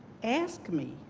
ask me.